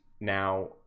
Now